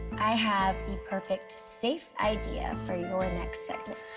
i have the perfect safe idea for your next segment.